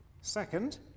second